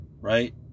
right